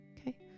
Okay